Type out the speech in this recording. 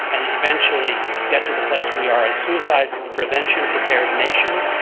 and eventually get to the place we are, a suicide-prevention prepared nation,